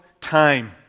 time